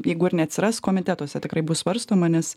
jeigu ir neatsiras komitetuose tikrai bus svarstoma nes